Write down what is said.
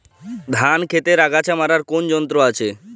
ধান ক্ষেতের আগাছা মারার কোন যন্ত্র আছে?